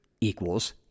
equals